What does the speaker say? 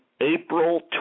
April